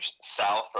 south